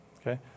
Okay